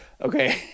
Okay